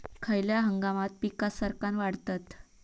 खयल्या हंगामात पीका सरक्कान वाढतत?